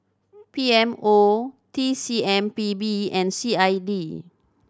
P M O T C M P B and C I D